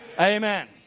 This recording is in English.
Amen